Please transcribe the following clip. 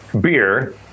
beer